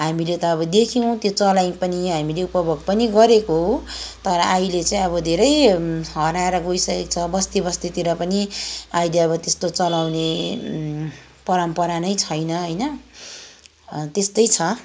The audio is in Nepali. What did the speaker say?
हामीले त अब देख्यौँ त्यो चलायौँ पनि हामीले उपभोग पनि गरेको हो तर अहिले चाहिँ धेरै हराएर गइसकेको छ बस्ती बस्तीतिर पनि अहिले अब त्यस्तो चलाउने परम्परा नै छैन होइन त्यस्तै छ